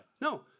No